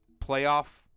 playoff